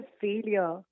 failure